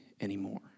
anymore